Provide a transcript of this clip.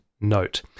note